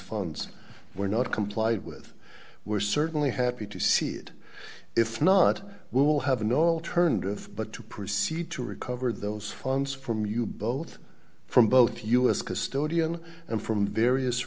funds were not complied with we're certainly happy to see it if not we will have no alternative but to proceed to recover those funds from you both from both us custodian and from various